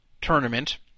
tournament